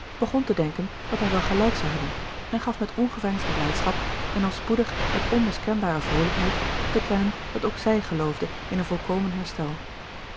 begon te denken dat hij wel gelijk zou hebben en gaf met ongeveinsde blijdschap en al spoedig met onmiskenbare vroolijkheid te kennen dat ook zij geloofde in een volkomen herstel